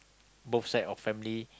both side of family